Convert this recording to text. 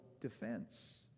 defense